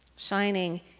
shining